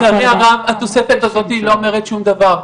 צערי הרב התוספת הזאת לא אומרת שום דבר.